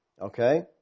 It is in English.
Okay